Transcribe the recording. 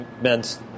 Men's